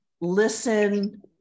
listen